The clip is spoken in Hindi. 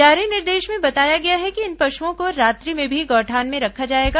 जारी निर्देश में बताया गया है कि इन पशुओं को रात्रि में भी गौठान में रखा जाएगा